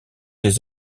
des